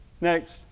next